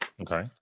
Okay